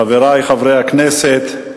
חברי חברי הכנסת,